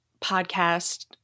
podcast